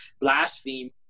blaspheme